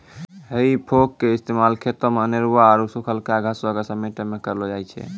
हेइ फोक के इस्तेमाल खेतो मे अनेरुआ आरु सुखलका घासो के समेटै मे करलो जाय छै